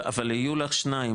אבל יהיו לך שניים,